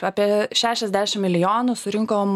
apie šešiasdešim milijonų surinkom